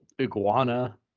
iguana